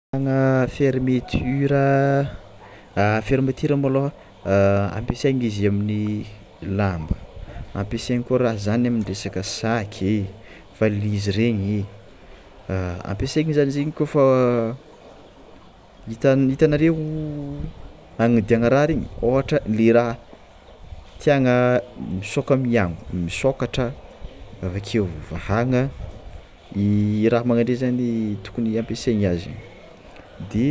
Fiasana fermeture fermeture môlô ampiasainy izy amy lamba ampiasana koa raha zany amin'ny resaka sac, valise regny e ampiasany zany izy kôfa ita- itanareo agnidiagna raha regny ohatra le raha tiagna misoka- amin'ny ao misôkatra avakeo vahana ny raha magnandreny zany tokony ampiasany azy de.